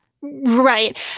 Right